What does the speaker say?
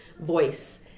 voice